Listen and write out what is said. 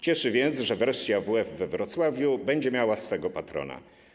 Cieszy więc, że wreszcie AWF we Wrocławiu będzie miała swego patrona.